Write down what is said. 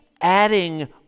adding